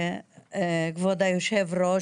כבוד היושב ראש,